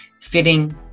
fitting